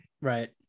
Right